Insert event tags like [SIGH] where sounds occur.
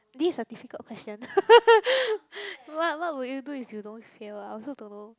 this is a difficult question [LAUGHS] what what would you do if you don't fail I also don't know